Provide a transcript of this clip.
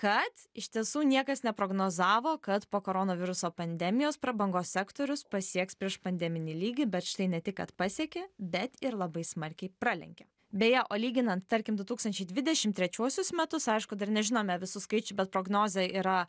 kad iš tiesų niekas neprognozavo kad po koronaviruso pandemijos prabangos sektorius pasieks priešpandeminį lygį bet štai ne tik kad pasiekė bet ir labai smarkiai pralenkė beje o lyginant tarkim du tūkstančiai dvidešim trečiuosius metus aišku dar nežinome visų skaičių bet prognozė yra